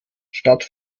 statt